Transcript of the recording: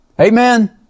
Amen